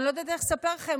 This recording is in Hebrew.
אני לא יודעת איך לספר לכם,